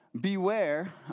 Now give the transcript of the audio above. beware